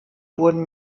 wurden